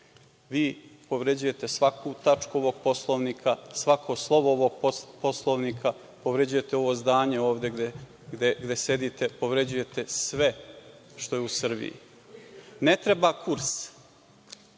vi povređujete svaku tačku ovog Poslovnika, svako slovo ovog Poslovnika, povređujete ovo zdanje ovde gde sedite, povređujete sve što je u Srbiji. Ne treba kurs,